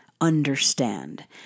understand